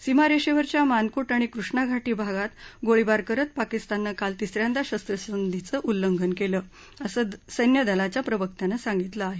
सीमारेषेवरच्या मानकोट आणि कृष्णा घाटी भागात गोळीबार करत पाकिस्ताननं काल तिस यांदा शस्रसंधीचं उल्लंघन केलं असं सैन्य दलाच्या प्रवक्त्यानं सांगितलं आहे